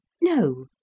No